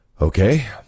Okay